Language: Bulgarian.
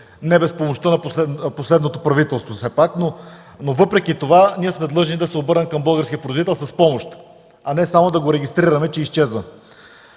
не без помощта на последното правителство все пак. Но, въпреки това, ние сме длъжни да обърнем да се обърнем към българския производител с помощ, а не само да го регистрираме, че изчезва.